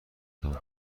تان